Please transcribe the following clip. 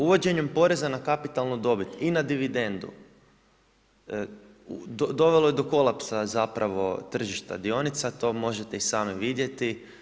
Uvođenjem poreza na kapitalnu dobit i na dividendu dovelo je do kolapsa tržišta dionica, to možete i sami vidjeti.